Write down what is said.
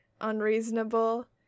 unreasonable